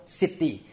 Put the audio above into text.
city